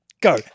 Go